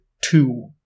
two